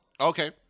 Okay